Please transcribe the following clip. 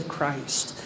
Christ